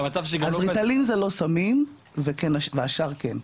אז ריטלין זה לא סמים והשאר כן.